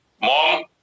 Mom